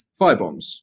firebombs